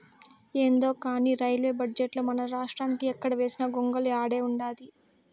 యాందో కానీ రైల్వే బడ్జెటుల మనరాష్ట్రానికి ఎక్కడ వేసిన గొంగలి ఆడే ఉండాది